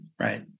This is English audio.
Right